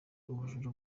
ubujura